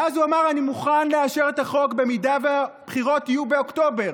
ואז הוא אמר: אני מוכן לאשר את החוק אם הבחירות יהיו באוקטובר.